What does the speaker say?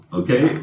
okay